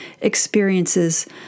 experiences